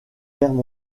guerre